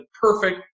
perfect